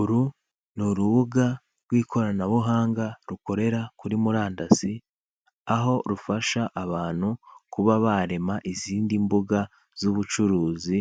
Uru ni urubuga rw'ikoranabuhanga rukorera kuri murandasi, aho rufasha abantu kuba barema izindi mbuga z'ubucuruzi